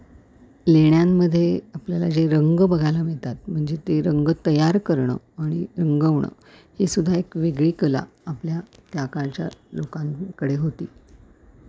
लेण्यांमध्ये आपल्याला जे रंग बघायला मिळतात म्हणजे ते रंग तयार करणं आणि रंगवणं ही सुद्धा एक वेगळी कला आपल्या त्या काळच्या लोकांकडे होती